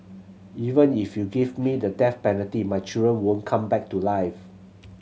even if you give me the death penalty my children won't come back to life